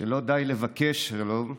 שלא די לבקש שלום,